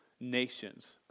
Nations